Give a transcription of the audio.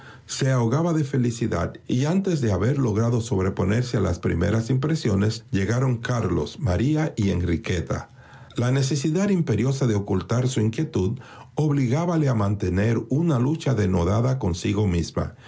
se ahogaba de felicidad y antes de haber logrado sobreponerse a las primeras impresiones llegaron carlos maría y enriqueta la necesidad imperiosa de ocultar su inquietud obligábala a mantener una lucha denodada consigo misma